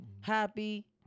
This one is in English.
happy